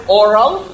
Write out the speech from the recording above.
oral